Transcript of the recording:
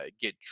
get